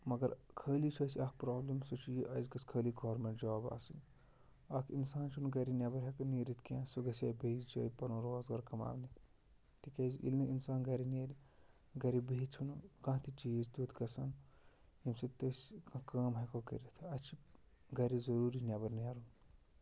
مگر خٲلی چھِ اَسہِ اَکھ پرٛابلِم سُہ چھِ یہِ اَسہِ گٔژھ خٲلی گورمٮ۪نٛٹ جاب آسٕنۍ اَکھ اِنسان چھُنہٕ گَرِ نٮ۪بَر ہٮ۪کان نیرٕتھ کیٚنٛہہ سُہ گژھِ ہا بیٚیِس جایہِ پَنُن روزگار کَماونہِ تِکیٛازِ ییٚلہِ نہٕ اِنسان گَرِ نیرِ گَرِ بِہِتھ چھُنہٕ کانٛہہ تہِ چیٖز تیُتھ گژھان ییٚمۍ سۭتۍ أسۍ کانٛہہ کٲم ہٮ۪کو کٔرِتھ اَسہِ چھِ گَرِ ضٔروٗری نٮ۪بَر نیرُن